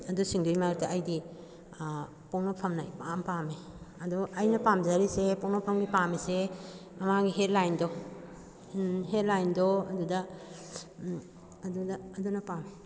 ꯑꯗꯨꯁꯤꯡꯗꯨꯏ ꯃꯔꯛꯇ ꯑꯩꯗꯤ ꯄꯣꯛꯅꯐꯝꯅ ꯏꯄꯥꯝ ꯄꯥꯝꯃꯦ ꯑꯗꯣ ꯑꯩꯅ ꯄꯥꯝꯖꯔꯤꯁꯦ ꯄꯣꯛꯅꯐꯝꯒꯤ ꯄꯥꯝꯃꯤꯁꯦ ꯃꯃꯥꯡꯒꯤ ꯍꯦꯗꯂꯥꯏꯟꯗꯣ ꯍꯦꯗꯂꯥꯏꯟꯗꯣ ꯑꯗꯨꯗ ꯑꯗꯨꯗ ꯑꯗꯨꯅ ꯄꯥꯝꯃꯦ